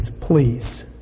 please